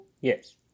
Yes